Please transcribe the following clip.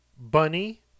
Bunny